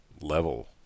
level